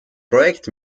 projekt